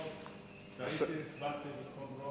היושב-ראש, טעיתי, הצבעתי במקום,